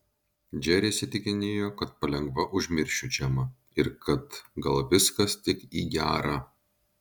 džeris įtikinėjo kad palengva užmiršiu džemą ir kad gal viskas tik į gera